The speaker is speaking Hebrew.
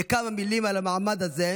וכמה מילים על המעמד הזה.